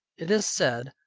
it is said,